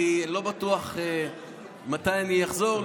כי לא בטוח מתי אחזור,